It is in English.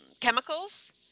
chemicals